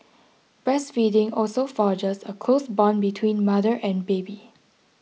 breastfeeding also forges a close bond between mother and baby